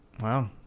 Wow